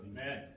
Amen